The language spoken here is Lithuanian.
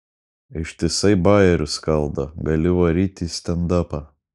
ištisai bajerius skaldo gali varyt į stendapą